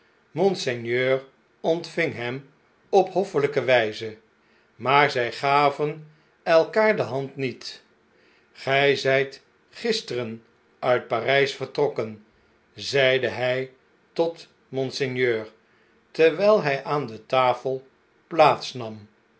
monseigneur ontving hem op hoffelpe wjjze maar zjj gaven elkaar de hand niet gij zjjt gisteren uit p arij s vertrokken zeide hij tot monseigneur terwijl by aan de tafel plaats nam